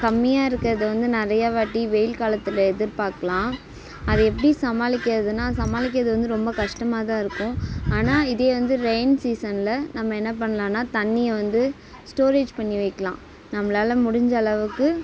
கம்மியாக இருக்கிறது வந்து நிறையா வாட்டி வெயில் காலத்தில் எதிர்பார்க்கலாம் அதை எப்படி சமாளிக்கிறதுனா சமாளிக்கிறது வந்து ரொம்ப கஷ்டமாகதான் இருக்கும் ஆனால் இதே வந்து ரெயின் சீசன்ல நம்ம என்ன பண்ணலாம்னா தண்ணியை வந்து ஸ்டோரேஜ் பண்ணி வைக்கலாம் நம்மளால் முடிஞ்ச அளவுக்கு